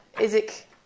Isaac